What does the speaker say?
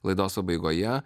laidos pabaigoje